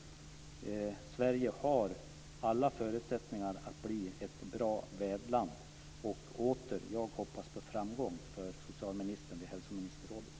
Sverige har alla förutsättningar att bli ett bra värdland. Och återigen: Jag hoppas på framgång för socialministern vid hälsoministerrådet.